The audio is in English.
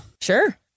Sure